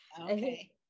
Okay